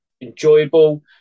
enjoyable